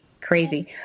crazy